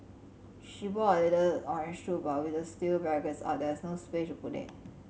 she brought a little orange stool but with the steel barricades up there was no space to put it